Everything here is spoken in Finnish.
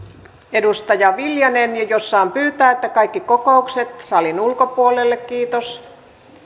edustaja viljanen ja jos saan pyytää kaikki kokoukset salin ulkopuolelle kiitos